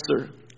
answer